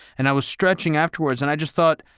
and i was stretching afterwards, and i just thought,